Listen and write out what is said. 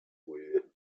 were